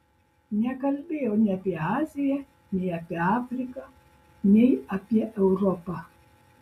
nekalbėjau nei apie aziją nei apie afriką nei apie europą